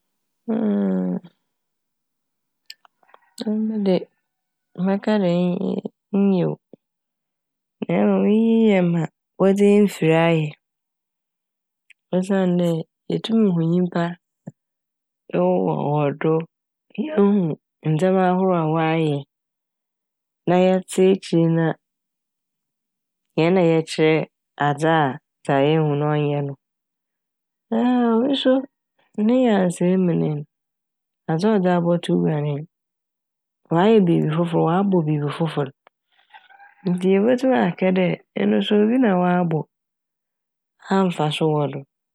Emi de mɛka dɛ nn- nye- nyew na mom iyi yɛ ma wɔdze efir ayɛ osiandɛ etum hu nyimpa ewɔ - wɔ do. Yehu ndzɛma ahorow a wɔayɛ na yɛtse eskyir na hɛn na yɛkyerɛ adze a dza yehu no ɔnyɛ no. Ɔno so ne nyansae mu adze a ɔdze abɔto gua nye n'. Ɔayɛ biibi fofor ɔabɔ biibi fofor ntsi yebotum aka dɛ eno so obi na ɔabɔ a mfaso wɔ do.